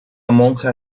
monja